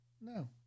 no